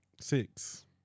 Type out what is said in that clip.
Six